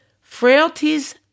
Frailties